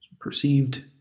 Perceived